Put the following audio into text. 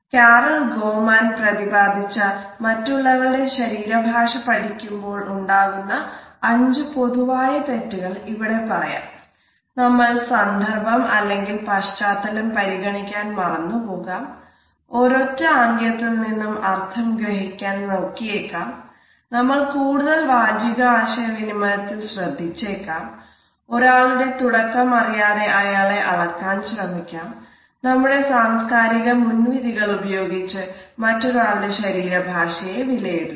Carol Goman പ്രദിപാതിച്ച മറ്റുള്ളവരുടെ ശരീര ഭാഷ പഠിക്കുമ്പോൾ ഉണ്ടാക്കുന്ന അഞ്ച് പൊതുവായ തെറ്റുകൾ ഇവിടെ പറയാംനമ്മൾ സന്ദർഭം അല്ലെങ്കിൽ പശ്ചാത്തലം പരിഗണിക്കാൻ മറന്നു പോകാം ഒരൊറ്റ ആംഗ്യത്തിൽ നിന്നും അർഥം ഗ്രഹിക്കാൻ നോക്കിയേക്കാം നമ്മൾ കൂടുതൽ വാചിക ആശയവിനിമയത്തിൽ ശ്രദ്ധിച്ചേക്കാം ഒരാളുടെ തുടക്കം അറിയാതെ അയാളെ അളക്കാൻ ശ്രമിക്കാം നമ്മുടെ സാംസ്കാരിക മുൻവിധികൾ ഉപയോഗിച്ച് മറ്റൊരാളുടെ ശരീര ഭാഷയെ വിലയിരുത്താം